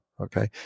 Okay